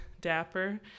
dapper